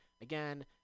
again